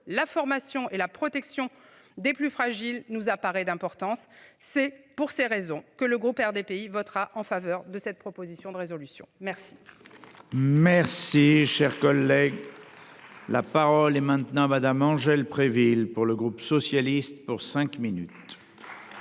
la formation et la protection des plus fragiles, nous apparaît d'importance c'est pour ces raisons que le groupe RDPI votera en faveur de cette proposition de résolution merci.